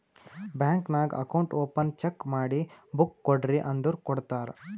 bank ನಾಗ್ account open check ಮಾಡಿ book ಕೊಡ್ರಿ ಅಂದುರ್ ಕೊಡ್ತಾರ್